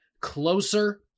closer